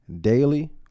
daily